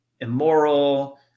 immoral